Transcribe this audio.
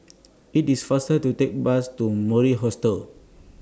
IT IS faster to Take Bus to Mori Hostel